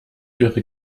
wäre